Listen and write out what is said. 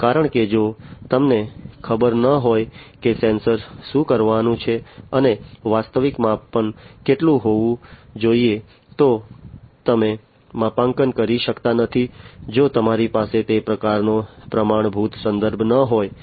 કારણ કે જો તમને ખબર ન હોય કે સેન્સર શું કરવાનું છે અને વાસ્તવિક માપન કેટલું હોવું જોઈએ તો તમે માપાંકન કરી શકતા નથી જો તમારી પાસે તે પ્રકારનો પ્રમાણભૂત સંદર્ભ ન હોય